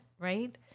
right